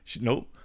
nope